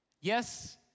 Yes